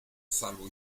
salvo